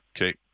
Okay